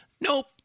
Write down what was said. Nope